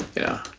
yeah.